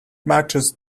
matches